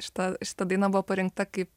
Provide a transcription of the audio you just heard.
šita šita daina buvo parinkta kaip